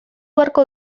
beharko